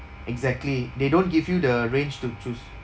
exactly they don't give you the range to choose